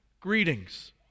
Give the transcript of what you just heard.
Greetings